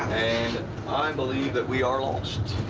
i believe that we are lost.